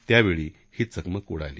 त्यावेळी ही चकमक उडाली